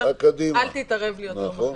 אל תתערב לי יותר מדי.